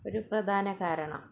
ഒരു പ്രധാന കാരണം